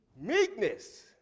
Meekness